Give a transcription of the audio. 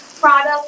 product